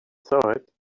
swayed